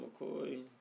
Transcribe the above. McCoy